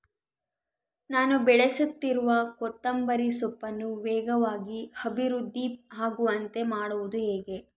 ನಾನು ಬೆಳೆಸುತ್ತಿರುವ ಕೊತ್ತಂಬರಿ ಸೊಪ್ಪನ್ನು ವೇಗವಾಗಿ ಅಭಿವೃದ್ಧಿ ಆಗುವಂತೆ ಮಾಡುವುದು ಹೇಗೆ?